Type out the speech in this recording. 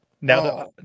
Now